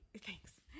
thanks